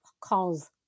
calls